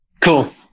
Cool